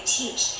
teach